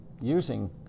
using